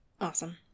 awesome